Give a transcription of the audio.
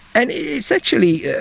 and it's actually